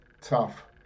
tough